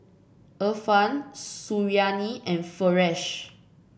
Irfan Suriani and Firash